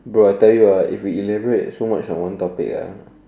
bro I tell you ah if we elaborate so much on one topic ah